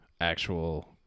actual